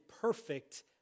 perfect